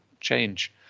change